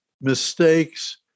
mistakes